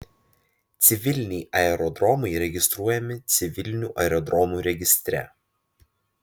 civiliniai aerodromai registruojami civilinių aerodromų registre